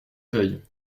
veille